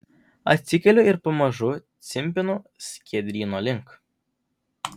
atsikeliu ir pamažu cimpinu skiedryno link